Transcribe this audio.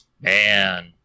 Man